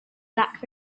black